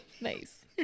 Nice